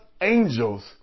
angels